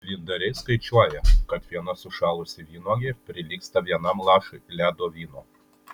vyndariai skaičiuoja kad viena sušalusi vynuogė prilygsta vienam lašui ledo vyno